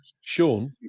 Sean